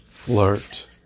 Flirt